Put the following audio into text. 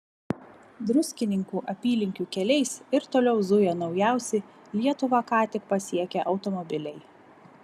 druskininkų apylinkių keliais ir toliau zuja naujausi lietuvą ką tik pasiekę automobiliai